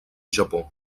japó